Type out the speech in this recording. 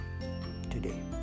today